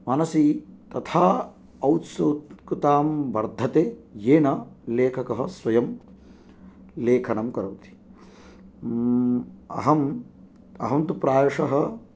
मनसि तथा औत्सुकतां वर्धते येन लेखकः स्वयं लेखनं करोति अहं अहं तु प्रायशः